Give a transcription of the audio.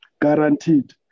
guaranteed